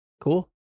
Cool